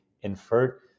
inferred